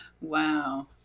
Wow